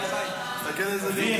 להעביר